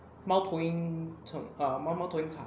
猫头鹰猫猫头鹰塔